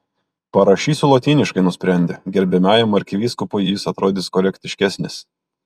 parašysiu lotyniškai nusprendė garbiajam arkivyskupui jis atrodys korektiškesnis